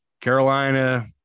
Carolina